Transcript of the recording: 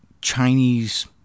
Chinese